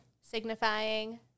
signifying